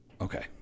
Okay